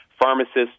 pharmacists